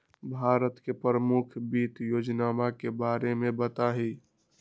भारत के प्रमुख वित्त योजनावन के बारे में बताहीं